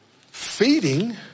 feeding